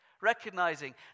Recognizing